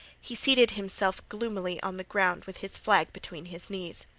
he seated himself gloomily on the ground with his flag between his knees.